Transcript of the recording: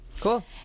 Cool